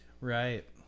Right